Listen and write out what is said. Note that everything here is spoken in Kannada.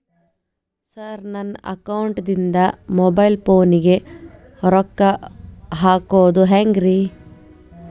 ಸರ್ ನನ್ನ ಅಕೌಂಟದಿಂದ ಮೊಬೈಲ್ ಫೋನಿಗೆ ರೊಕ್ಕ ಹಾಕೋದು ಹೆಂಗ್ರಿ?